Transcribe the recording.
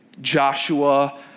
Joshua